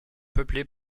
peuplée